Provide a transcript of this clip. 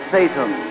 Satan